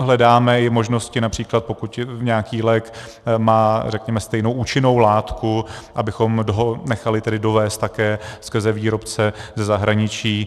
Hledáme i možnosti, např. pokud nějaký lék má řekněme stejnou účinnou látku, abychom ho nechali dovézt také skrze výrobce ze zahraničí.